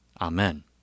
Amen